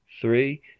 three